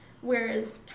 whereas